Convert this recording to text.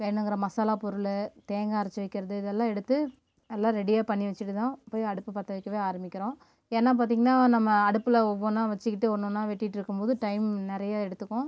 வேணுங்கிற மசாலா பொருள் தேங்காய் அரைச்சி வைக்கிறது இது எல்லாம் எடுத்து எல்லா ரெடியாக பண்ணி வச்சிட்டு தான் போய் அடுப்பு பற்ற வைக்கவே ஆரம்பிக்கிறோம் ஏன்னா பார்த்திங்கனா நம்ம அடுப்பில் ஒவ்வொன்னா வச்சிகிட்டு ஒன்று ஒன்னாக வெட்டிக்கிட்டு இருக்கும் போது டைம் நிறைய எடுத்துக்கும்